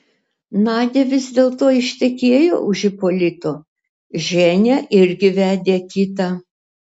nadia vis dėlto ištekėjo už ipolito ženia irgi vedė kitą